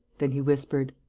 then he whispered